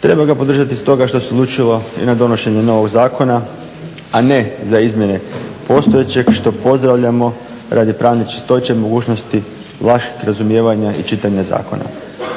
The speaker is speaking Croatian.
Treba ga podržati s toga što isključivo i na donošenje novog zakona a ne za izmjene postojećeg što pozdravljamo radi pravne čistoće, mogućnosti lakšeg razumijevanja i čitanja zakona.